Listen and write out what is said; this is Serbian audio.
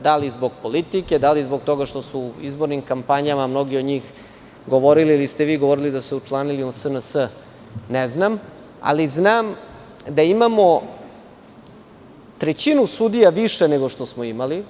Da li zbog politike, da li zbog toga što su u izbornim kampanja mnogi od njih govorili, ili ste vi govorili da su se učlanili u SNS, ne znam, ali znam da imamo trećinu sudija više, nego što smo imali.